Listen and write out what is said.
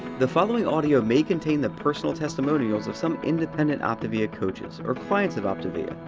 the following audio may contain the personal testimonials of some independent optavia coaches or clients of optavia.